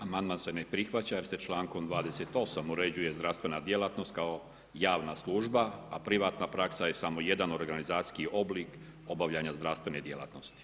Amandman se ne prihvaća jer se člankom 28. uređuje zdravstvena djelatnost kao javna služba a privatna praksa je samo jedan organizacijski oblik obavljanja zdravstvene djelatnosti.